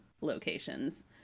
locations